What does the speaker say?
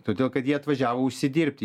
todėl kad jie atvažiavo užsidirbti